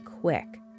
quick